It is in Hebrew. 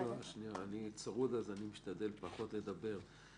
אני צרוד אז אני משתדל לדבר פחות.